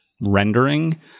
rendering